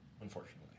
unfortunately